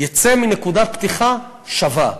יצא מנקודת פתיחה שווה.